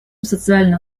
социальным